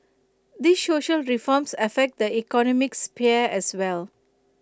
these social reforms affect the economic sphere as well